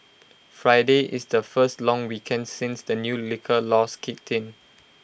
Friday is the first long weekend since the new liquor laws kicked in